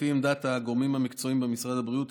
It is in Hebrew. לפי עמדת הגורמים המקצועיים במשרד הבריאות,